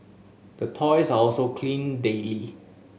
the toys are also cleaned daily